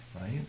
right